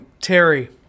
Terry